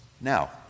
now